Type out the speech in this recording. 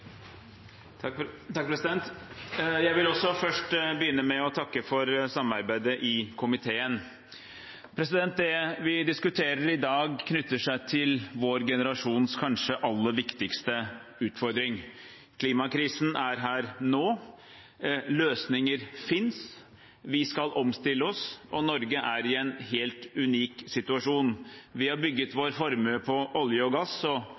diskuterer i dag, knytter seg til vår generasjons kanskje aller viktigste utfordring. Klimakrisen er her nå, løsninger finnes, vi skal omstille oss, og Norge er i en helt unik situasjon. Vi har bygget vår formue på olje og gass, og